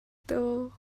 дөө